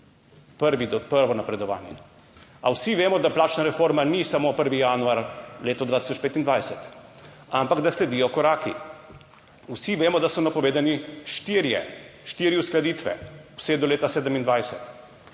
prvo napredovanje, a vsi vemo, da plačna reforma ni samo 1. januar, leto 2025, ampak da sledijo koraki. Vsi vemo, da so napovedani štirje, štiri uskladitve, vse do leta 2027.